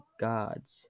gods